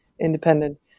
independent